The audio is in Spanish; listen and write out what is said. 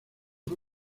fue